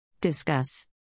Discuss